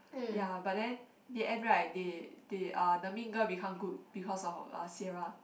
ya but then year end right they they uh the mean girl become good because of uh Sierra